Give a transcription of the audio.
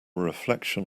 reflection